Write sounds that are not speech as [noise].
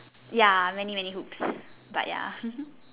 ya many many hooks but ya [laughs]